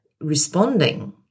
responding